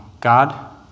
God